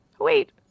Wait